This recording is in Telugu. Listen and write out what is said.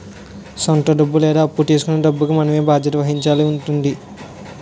సొంత డబ్బు లేదా అప్పు తీసుకొన్న డబ్బుకి మనమే బాధ్యత వహించాల్సి ఉంటుంది